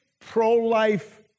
pro-life